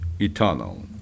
eternal